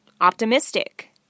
optimistic